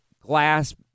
glass